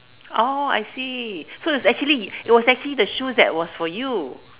oh I see so it's actually it was actually the shoes that was for you